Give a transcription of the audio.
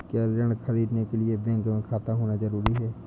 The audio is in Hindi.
क्या ऋण ख़रीदने के लिए बैंक में खाता होना जरूरी है?